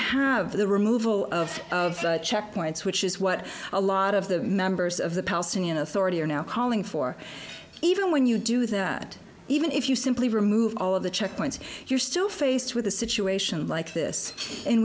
have the removal of checkpoints which is what a lot of the members of the palestinian authority are now calling for even when you do that even if you simply remove all of the checkpoints you're still faced with a situation like this in